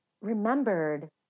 remembered